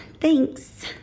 thanks